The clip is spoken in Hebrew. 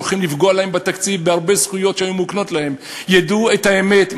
שהולכים לפגוע להם בתקציב בהרבה זכויות שהיו מוקנות להם ידעו את האמת,